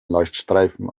leuchtstreifen